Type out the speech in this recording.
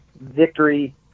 victory